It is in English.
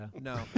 No